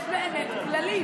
יש באמת כללים.